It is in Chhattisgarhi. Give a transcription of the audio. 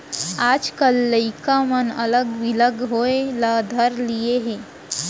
आजकाल के लइका मन अलग बिलग होय ल धर लिये हें